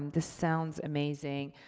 this sounds amazing.